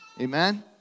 Amen